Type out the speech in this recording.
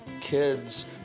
Kids